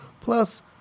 Plus